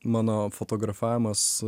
mano fotografavimas